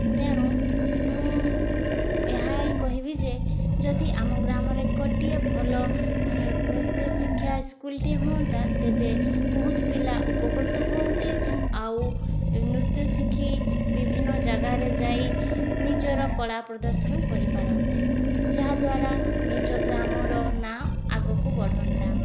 ତେଣୁ ମୁଁ ଏହା ହିଁ କହିବି ଯେ ଯଦି ଆମ ଗ୍ରାମରେ ଗୋଟିଏ ଭଲ ନୃତ୍ୟ ଶିକ୍ଷା ସ୍କୁଲ୍ଟିଏ ହୁଅନ୍ତା ତେବେ ବହୁତ ପିଲା ଉପକୃତ ହୁଅନ୍ତେ ଆଉ ନୃତ୍ୟ ଶିଖି ବିଭିନ୍ନ ଜାଗାରେ ଯାଇ ନିଜର କଳା ପ୍ରଦର୍ଶନ କରିପାରନ୍ତେ ଯାହା ଦ୍ୱାରା ନିଜ ଗ୍ରାମର ନାଁ ଆଗକୁ ବଢ଼ନ୍ତା